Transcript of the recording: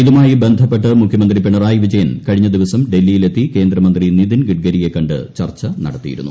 ഇതുമായി ബന്ധപ്പെട്ട് മുഖ്യമന്ത്രി പിണറായി വിജയൻ കഴിഞ്ഞ ദിവസം ഡൽഹിയിലെത്തി കേന്ദ്ര മന്ത്രി നിതിൻ ഗഡ്ഗരിയെ കണ്ട് ചർച്ച നടത്തിയിരുന്നു